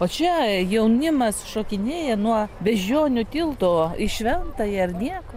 o čia jaunimas šokinėja nuo beždžionių tilto į šventąją ir nieko